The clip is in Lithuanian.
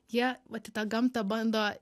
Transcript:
jie vat į tą gamtą bando